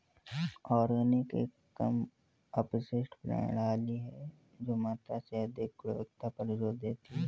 organic एक कम अपशिष्ट प्रणाली है जो मात्रा से अधिक गुणवत्ता पर जोर देती है